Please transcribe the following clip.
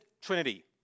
trinity